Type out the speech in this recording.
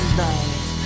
life